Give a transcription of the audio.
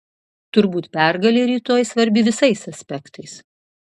turbūt pergalė rytoj svarbi visais aspektais